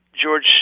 George